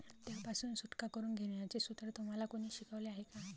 त्यापासून सुटका करून घेण्याचे सूत्र तुम्हाला कोणी शिकवले आहे का?